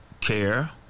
care